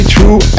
true